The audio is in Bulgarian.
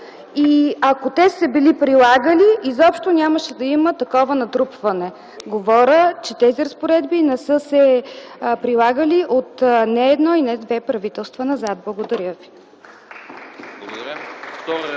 Ако те са били прилагани, изобщо нямаше да има такова натрупване. Говоря, че тези разпоредби не са се прилагали от не едно и не две правителства назад. Благодаря ви.